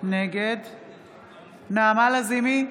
נגד נעמה לזימי,